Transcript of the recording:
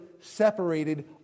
separated